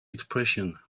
expression